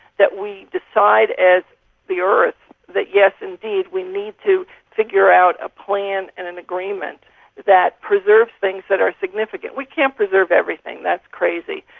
that we decide as the earth that yes indeed we need to figure out a plan and an agreement that preserves things that are significant. we can't preserve everything, that's crazy,